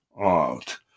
out